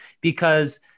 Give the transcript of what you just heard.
because-